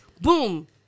Boom